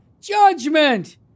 judgment